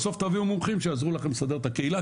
בסוף תביאו מומחים שיעזרו לכם לסדר את הקהילה,